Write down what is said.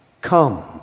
come